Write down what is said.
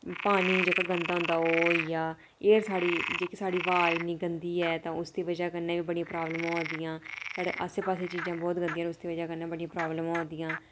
पानी जेह्का गंदा होंदा ओह् होई गेआ एह् साढ़ी जेह्की साढ़ी ब्हा इन्नी गंदी ऐ तां उसदी बजह् कन्नै बी बड़ी प्राब्लमां होआ दियां साढ़े आसे पासै चीजां बहुत गंदियां उसदी बजह् कन्नै एह् प्राब्लमां होआ दियां